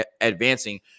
advancing